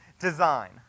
design